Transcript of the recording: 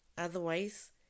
Otherwise